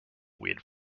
weird